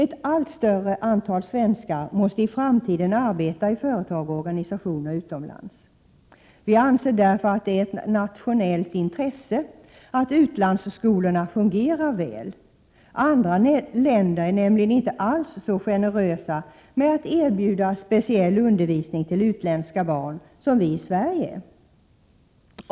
Ett allt större antal svenskar måste i framtiden arbeta i företag och organisationer utomlands. Vi anser därför att det är ett nationellt intresse att utlandsskolorna fungerar väl. Andra länder är nämligen inte alls så generösa med att erbjuda speciell undervisning till utländska barn som vi i Sverige är.